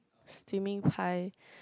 steaming pie